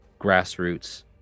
grassroots